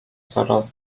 coraz